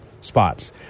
spots